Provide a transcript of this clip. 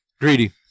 Greedy